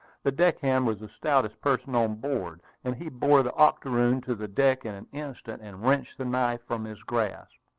the deckhand was the stoutest person on board, and he bore the octoroon to the deck in an instant, and wrenched the knife from his grasp.